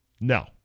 No